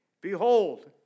Behold